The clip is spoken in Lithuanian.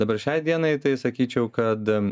dabar šiai dienai tai sakyčiau kad